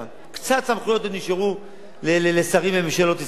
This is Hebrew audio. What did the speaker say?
אבל קצת סמכויות עוד נשארו לשרים בממשלות ישראל.